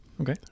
Okay